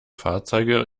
fahrzeuge